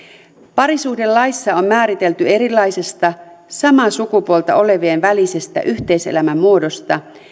parisuhdelaissa on määritelty erilaisesta samaa sukupuolta olevien välisestä yhteiselämän muodosta